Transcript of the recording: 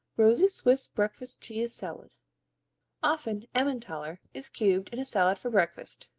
rosie's swiss breakfast cheese salad often emmentaler is cubed in a salad for breakfast,